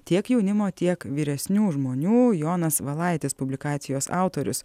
tiek jaunimo tiek vyresnių žmonių jonas valaitis publikacijos autorius